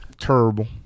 Terrible